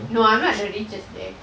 no I'm not the richest there